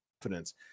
confidence